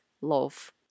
love